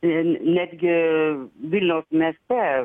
ir netgi vilniaus mieste